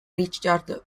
richard